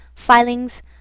filings